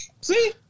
See